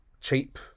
cheap